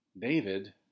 David